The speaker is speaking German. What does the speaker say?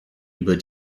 über